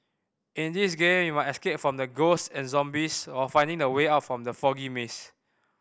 in this game you must escape from ghosts and zombies while finding the way out from the foggy maze